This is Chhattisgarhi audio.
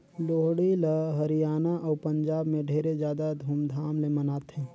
लोहड़ी ल हरियाना अउ पंजाब में ढेरे जादा धूमधाम ले मनाथें